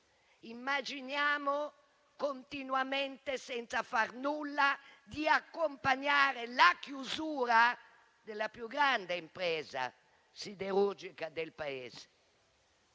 Immaginiamo, continuamente, senza far nulla, di accompagnare la chiusura della più grande impresa siderurgica del Paese,